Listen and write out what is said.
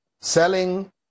selling